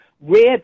Red